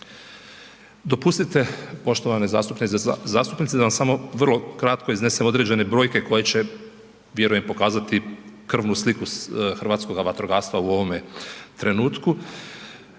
Dopustite, poštovane zastupnice i zastupnici da vam samo vrlo kratko iznesem određene brojke koje će vjerujem pokazati krvnu sliku hrvatskoga vatrogastva u ovome trenutku.